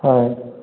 হয়